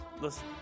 Listen